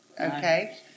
okay